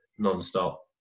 non-stop